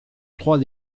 trois